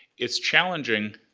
it's challenging,